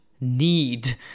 need